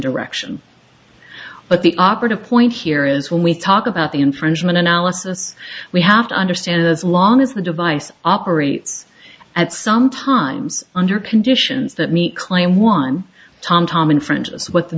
direction but the operative point here is when we talk about the infringement analysis we have to understand as long as the device operates at some times under conditions that meet claim one tom tom in front of us what the